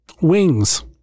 Wings